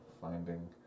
finding